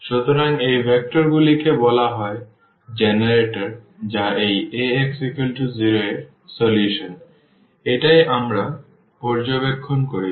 সুতরাং এই ভেক্টরগুলিকে বলা হয় জেনারেটর যা এই Ax0 এর সমাধান এটাই আমরা পর্যবেক্ষণ করেছি